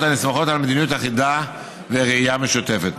הנסמכות על מדיניות אחידה וראייה משותפת.